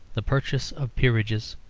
the purchase of peerages,